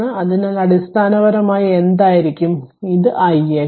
അതിനാൽ അടിസ്ഥാനപരമായി എന്തായിരിക്കും ഇത് ix ix ix